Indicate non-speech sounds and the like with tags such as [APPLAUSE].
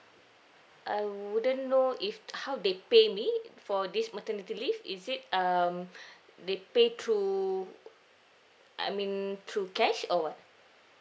I wouldn't know if how they pay me for this maternity leave is it um [BREATH] they pay through I mean through cash or what